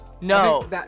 No